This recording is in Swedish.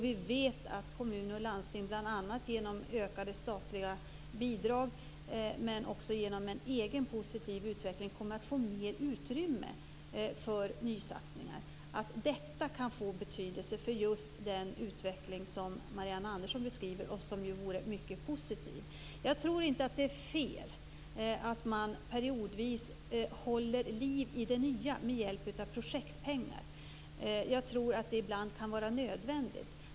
Vi vet att kommuner och landsting bl.a. genom ökade statliga bidrag och men också genom en egen positiv utveckling kommer att få mer utrymme för nytsatsningar. Jag tror inte att det är fel att man periodvis håller liv i det nya med hjälp av projektpengar. Det kan ibland vara nödvändigt.